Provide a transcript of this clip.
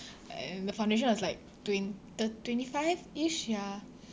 and the foundation was like twen~ thir~ twenty five-ish ya